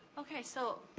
okay, so,